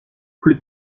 plus